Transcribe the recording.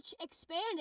expanded